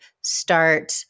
start